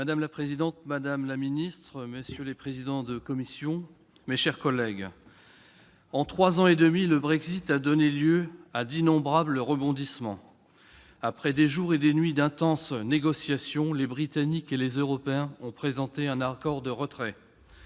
Madame la présidente, madame la secrétaire d'État, messieurs les présidents de commissions, mes chers collègues, en trois ans et demi, le Brexit a donné lieu à d'innombrables rebondissements. Après des jours et des nuits d'intenses négociations, les Britanniques et les Européens ont présenté un accord de retrait.